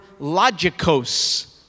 logikos